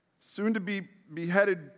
soon-to-be-beheaded